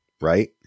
right